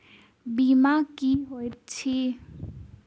बीमा की होइत छी?